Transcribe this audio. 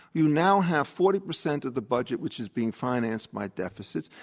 you now have forty percent of the budget which is being financed by deficits.